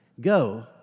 Go